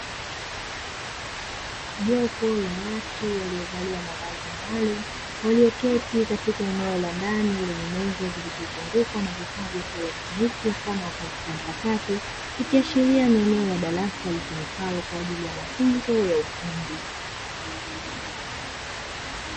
Jopo la watu waliovalia mavazi maalumu, walioketi katika eneo la ndani lenye meza zilizozungukwa na vifaa vya kielectroniki, mfano wa kompyuta mpakato, ikiashiria ni eneo la darasa litumikalo kwa ajili ya mafunzo ya ufundi.